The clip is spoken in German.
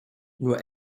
nur